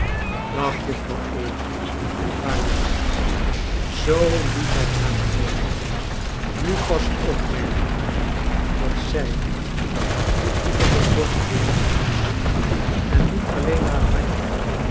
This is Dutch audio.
dag juffrouw amy vaarwel zoo liet hij haar alleen nu pas opmerkende dat zij in een hoekje van de borstwering was gaan zitten en niet alleen haar handje